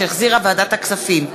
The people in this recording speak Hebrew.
שהחזירה ועדת הכספים.